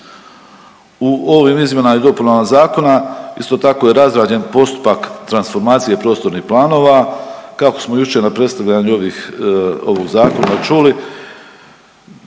U ovim izmjenama i dopunama Zakona isto tako je razrađen postupak transformacije prostornih planova. Kako smo jučer na predstavljanju ovog zakona čuli